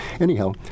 Anyhow